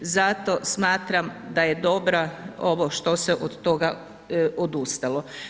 Zato smatram da je dobra ovo što se od toga odustalo.